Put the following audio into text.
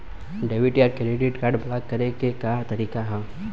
Debit या credit card block करे के का तरीका ह?